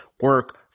Work